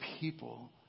people